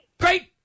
Great